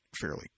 fairly